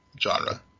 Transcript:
genre